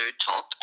top